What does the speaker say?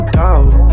doubt